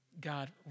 God